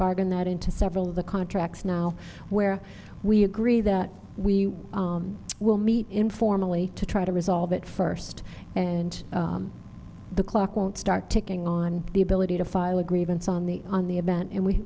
bargain that into several of the contracts now where we agree that we will meet informally to try to resolve it first and the clock won't start ticking on the ability to file a grievance on the on the event and we